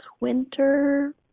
winter